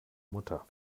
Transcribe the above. mutter